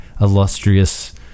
illustrious